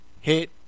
hit